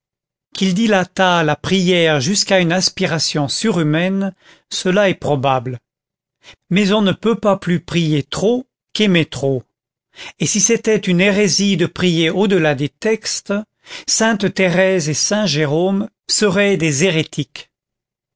qu'il dilatât la prière jusqu'à une aspiration surhumaine cela est probable mais on ne peut pas plus prier trop qu'aimer trop et si c'était une hérésie de prier au-delà des textes sainte thérèse et saint jérôme seraient des hérétiques